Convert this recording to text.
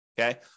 Okay